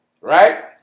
right